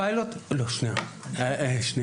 מהם לוחות הזמנים?